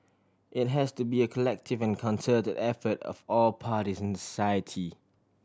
it has to be a collective and concerted effort of all parties in society